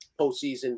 postseason